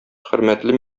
хөрмәтле